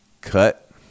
Cut